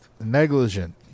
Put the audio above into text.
negligent